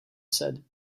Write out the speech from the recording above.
said